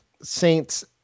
Saints